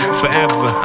forever